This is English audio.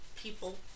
people